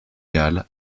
gall